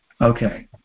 okay